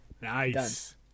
Nice